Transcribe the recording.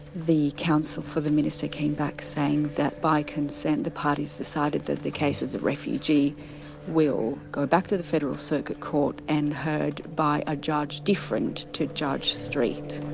the counsel for the minister came back saying that by consent the parties decided that the case of the refugee will go back to the federal circuit court and heard by a judge different to judge street.